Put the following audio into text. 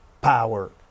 power